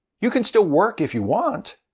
you can still work if you want,